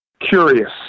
Curious